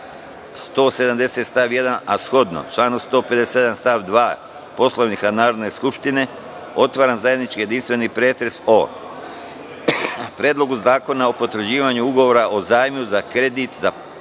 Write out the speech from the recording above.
170. stav 1. a shodno članu 157. stav 2. Poslovnika Narodne skupštine, otvaram zajednički jedinstveni pretres o Predlogu zakona o potvrđivanju ugovora o zajmu za kredit za povlašćenog